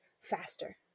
faster